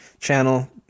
channel